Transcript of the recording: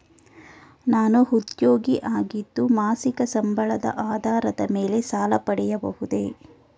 ನಾನು ಉದ್ಯೋಗಿ ಆಗಿದ್ದು ಮಾಸಿಕ ಸಂಬಳದ ಆಧಾರದ ಮೇಲೆ ಸಾಲ ಪಡೆಯಬಹುದೇ?